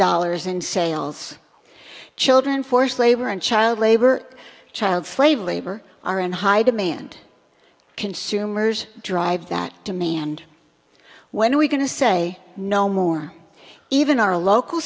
dollars in sales children forced labor and child labor child slave labor are in high demand consumers drive that to me and when we going to say no more even our local